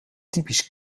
typisch